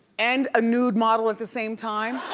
and a nude model at the same time.